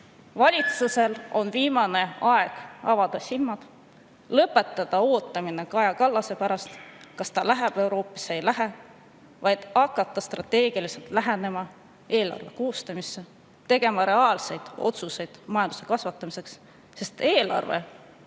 Valitsusel on viimane aeg avada silmad, lõpetada ootamine Kaja Kallase pärast – kas ta läheb Euroopasse või ei lähe – ja hakata strateegiliselt lähenema eelarve koostamisele ning tegema reaalseid otsuseid majanduse kasvatamiseks, sest eelarve pole